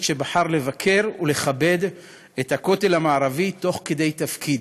שבחר לבקר ולכבד את הכותל המערבי תוך כדי תפקיד,